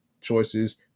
choices